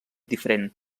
diferent